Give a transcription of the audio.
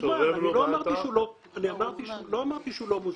לא אמרתי שהוא לא מוזמן.